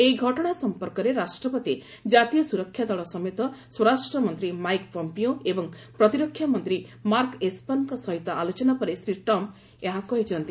ଏହି ଘଟଣା ସଂପର୍କରେ ରାଷ୍ଟ୍ରପତି ଜାତୀୟ ସ୍ୱରକ୍ଷା ଦଳ ସମେତ ସ୍ୱରାଷ୍ଟ୍ର ମନ୍ତ୍ରୀ ମାଇକ୍ ପମ୍ପିଓ ଏବଂ ପ୍ରତିରକ୍ଷାମନ୍ତ୍ରୀ ମାର୍କ ଏସ୍ପରଙ୍କ ସହିତ ଆଲୋଚନା ପରେ ଶ୍ରୀ ଟ୍ରମ୍ପ ଏହା କହିଛନ୍ତି